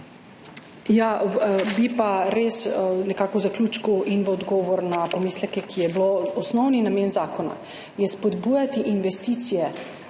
Bi pa res v zaključku in v odgovor na pomisleke, ki so bili: osnovni namen zakona je spodbujati investicije